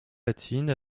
latine